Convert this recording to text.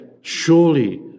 surely